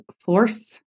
force